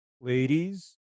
ladies